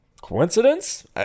Coincidence